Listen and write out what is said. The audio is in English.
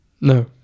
No